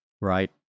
Right